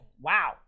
wow